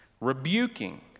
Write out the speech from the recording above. rebuking